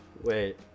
Wait